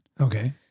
Okay